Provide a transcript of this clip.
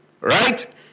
right